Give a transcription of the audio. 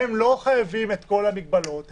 והם לא חייבים בכל המגבלות.